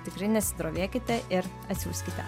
tikrai nesidrovėkite ir atsiųskite